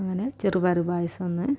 അങ്ങനെ ചെറുപയർ പായസമൊന്ന്